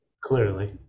Clearly